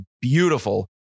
beautiful